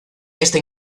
esta